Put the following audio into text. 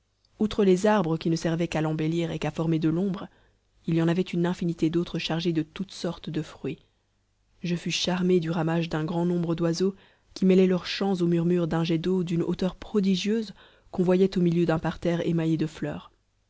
outre les arbres qui ne servaient qu'à l'embellir et qu'à former de l'ombre il y en avait une infinité d'autres chargés de toutes sortes de fruits je fus charmé du ramage d'un grand nombre d'oiseaux qui mêlaient leurs chants au murmure d'un jet d'eau d'une hauteur prodigieuse qu'on voyait au milieu d'un parterre émaillé de fleurs